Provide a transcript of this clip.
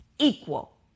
Equal